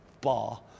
bar